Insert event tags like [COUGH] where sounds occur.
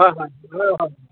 হয় হয় [UNINTELLIGIBLE]